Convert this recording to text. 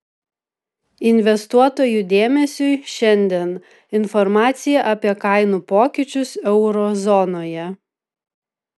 investuotojų dėmesiui šiandien informacija apie kainų pokyčius euro zonoje